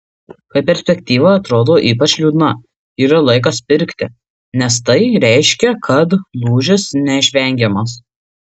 kai perspektyva atrodo ypač liūdna yra laikas pirkti nes tai reiškia kad lūžis neišvengiamas